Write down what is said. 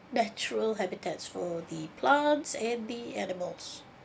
natural habitats for the plants and the animals